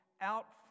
out